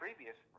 Previous